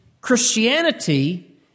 Christianity